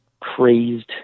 crazed